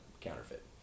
counterfeit